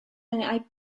eine